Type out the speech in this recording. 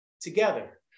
together